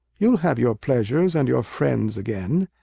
you'll have your pleasures and your friends again.